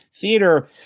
theater